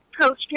coach